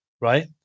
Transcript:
right